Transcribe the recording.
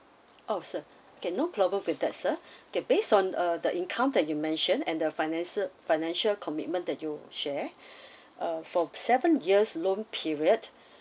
oh sir okay no problem with that sir okay based on uh the income that you mention and the financial financial commitment that you share uh for seven years loan period